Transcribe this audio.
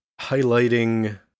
highlighting